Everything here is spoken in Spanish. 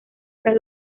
tras